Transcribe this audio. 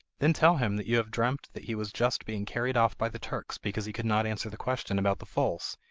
then tell him that you have dreamt that he was just being carried off by the turks because he could not answer the question about the foals,